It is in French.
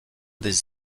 des